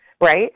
right